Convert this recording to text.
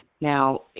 Now